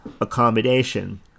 accommodation